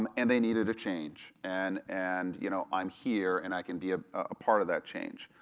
um and they needed a change. and and you know i'm here and i can be ah a part of that change.